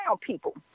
people